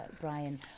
Brian